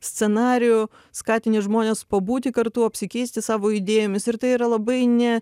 scenarijų skatini žmones pabūti kartu apsikeisti savo idėjomis ir tai yra labai ne